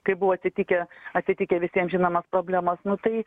kaip buvo atsitikę atsitikę visiem žinomos problemos nu tai